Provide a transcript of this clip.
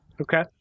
Okay